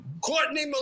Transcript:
Courtney